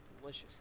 delicious